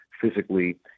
physically